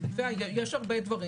יש הרבה דברים.